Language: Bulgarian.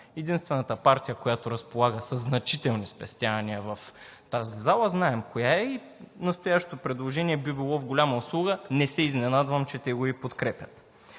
Единствената партия, която разполага със значителни спестявания в тази зала, знаем коя е и настоящото предложение би било в голяма услуга. Не се изненадвам, че те го и подкрепят.